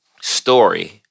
story